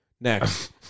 Next